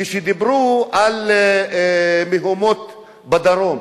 כשדיברו על מהומות בדרום,